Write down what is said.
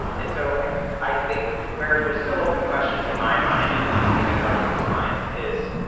and so i i think where there's still open questions in my mind and and i think in a bunch people's minds is,